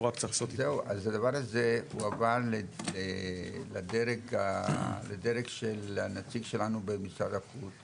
הדבר הזה הועבר לדרג של הנציג שלנו במשרד החוץ,